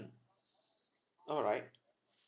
alright